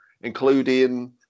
including